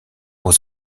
aux